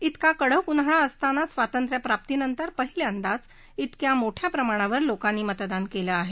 तिका कडक उन्हाळा असताना स्वातंत्र्यप्राप्तीनंतर पहिल्यांदाच तिक्या मोठ्या प्रमाणावर लोकांनी मतदान केलं आहे